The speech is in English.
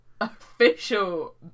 official